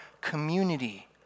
community